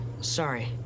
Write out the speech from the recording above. Sorry